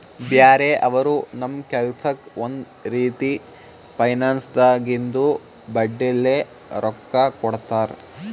ಬ್ಯಾರೆ ಅವರು ನಮ್ ಕೆಲ್ಸಕ್ಕ್ ಒಂದ್ ರೀತಿ ಫೈನಾನ್ಸ್ದಾಗಿಂದು ಬಡ್ಡಿಲೇ ರೊಕ್ಕಾ ಕೊಡ್ತಾರ್